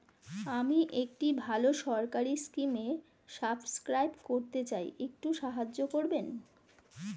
আমি একটি ভালো সরকারি স্কিমে সাব্সক্রাইব করতে চাই, একটু সাহায্য করবেন?